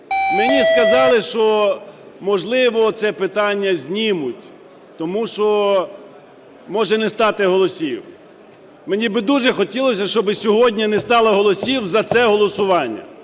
Мені сказали, що, можливо, це питання знімуть, тому що може не стати голосів. Мені би дуже хотілося, щоб сьогодні не стало голосів за це голосування,